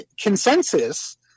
consensus